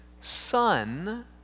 son